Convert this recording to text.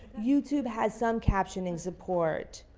youtube has some captioning support.